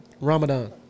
Ramadan